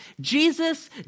Jesus